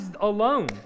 alone